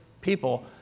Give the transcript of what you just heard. people